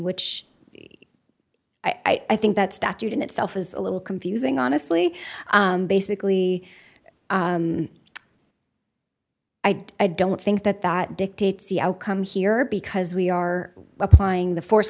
which i think that statute in itself is a little confusing honestly basically i don't think that that dictates the outcome here because we are applying the force